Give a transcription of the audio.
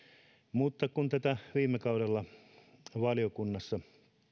mutta kun tätä viime kaudella valiokunnassa